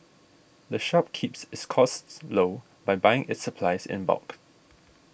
the shop keeps its costs low by buying its supplies in bulk